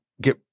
get—